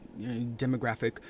demographic